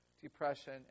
depression